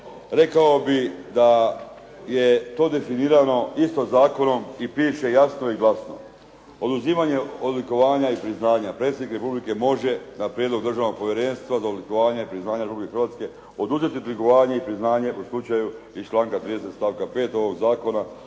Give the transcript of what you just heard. rekao bih da je to definirano isto zakonom i piše jasno i glasno. Oduzimanje odlikovanja i priznanja predsjednik Republike može na prijedlog Državnog povjerenstva za oblikovanja i priznanja Republike Hrvatske oduzeti odlikovanje i priznanje u slučaju iz članka 30. stavka 5. ovoga zakona,